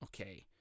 Okay